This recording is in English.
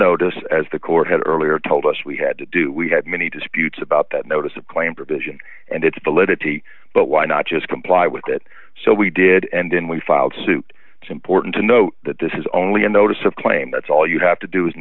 notice as the court had earlier told us we had to do we had many disputes about that notice of claim provision and its validity but why not just comply with that so we did and then we filed suit it's important to note that this is only a notice of claim that's all you have to do is